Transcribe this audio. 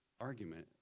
argument